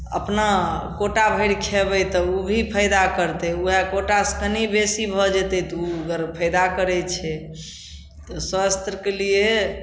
अपना कोटा भरि खयबै तऽ ओ भी फायदा करतै उएह कोटासँ तनि बेशी भऽ जेतै तऽ ओ गरफायदा करै छै तऽ स्वास्थ्यके लिए